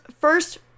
first